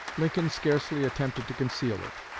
lincoln scarcely attempted to conceal it.